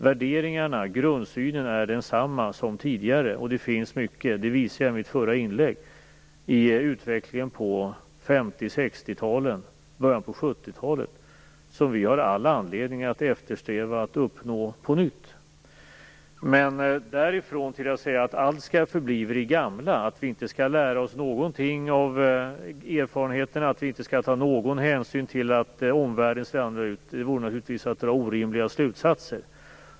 Värderingarna, grundsynen, är desamma som tidigare. Som jag sade i mitt förra inlägg finns det mycket i utvecklingen på 50 och 60-talen och början på 70-talet som vi har all anledning att eftersträva att uppnå på nytt. Men därifrån till att säga att allt skall förbli vid det gamla, att vi inte skall lära oss någonting av erfarenheterna och att vi inte skall ta någon hänsyn till att omvärlden ser annorlunda ut, vore naturligtvis att dra orimliga slutsatser.